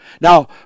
Now